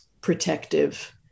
protective